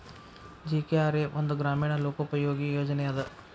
GKRA ಒಂದ ಗ್ರಾಮೇಣ ಲೋಕೋಪಯೋಗಿ ಯೋಜನೆ ಅದ